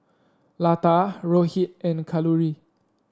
Lata Rohit and Kalluri